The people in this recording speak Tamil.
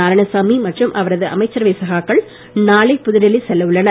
நாராயணசாமி மற்றும் அவரது அமைச்சரவை சகாக்கலள் நாளை புதுடெல்லி செல்ல உள்ளனர்